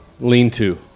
lean-to